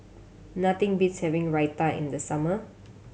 nothing beats having Raita in the summer